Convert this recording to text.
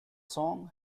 song